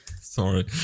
Sorry